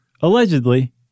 Allegedly